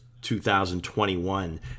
2021